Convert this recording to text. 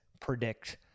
predict